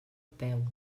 peu